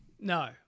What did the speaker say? No